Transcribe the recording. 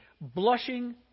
blushing